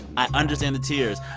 i understand the tears.